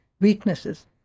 weaknesses